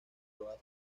toda